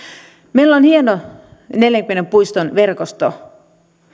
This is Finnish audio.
meillä on hieno neljänkymmenen puiston verkosto